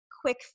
quick